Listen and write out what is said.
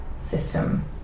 system